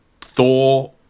Thor